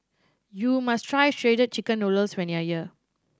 you must try Shredded Chicken Noodles when you are here